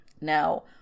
Now